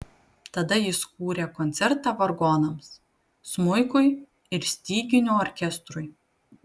tada jis kūrė koncertą vargonams smuikui ir styginių orkestrui